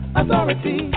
authority